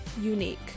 unique